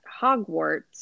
Hogwarts